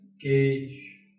gauge